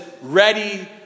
ready